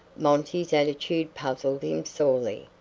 monty's attitude puzzled him sorely.